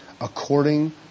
according